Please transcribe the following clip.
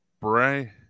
bray